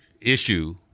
issue